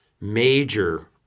major